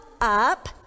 up